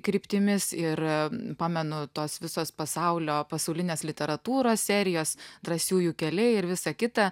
kryptimis ir pamenu tos visos pasaulio pasaulinės literatūros serijos drąsiųjų keliai ir visa kita